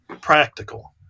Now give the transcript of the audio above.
practical